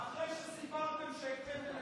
אחרי שסיפרתם שהקפאתם,